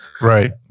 Right